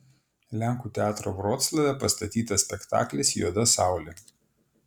lenkų teatro vroclave pastatytas spektaklis juoda saulė